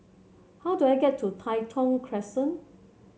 how do I get to Tai Thong Crescent